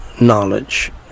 knowledge